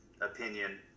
opinion